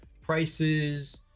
prices